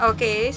Okay